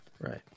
right